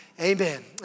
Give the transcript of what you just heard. Amen